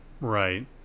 Right